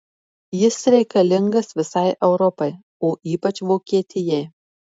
jis reikalingas visai europai o ypač vokietijai